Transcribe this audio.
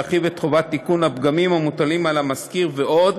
להרחיב את חובת תיקון הפגמים המוטלים על המשכיר ועוד.